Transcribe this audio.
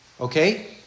Okay